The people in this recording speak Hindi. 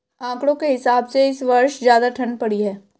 आंकड़ों के हिसाब से इस वर्ष ज्यादा ठण्ड पड़ी है